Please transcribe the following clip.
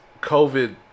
COVID